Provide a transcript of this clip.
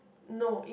no